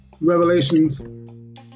Revelations